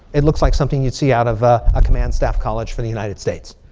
it looks like something you'd see out of a command staff college for the united states.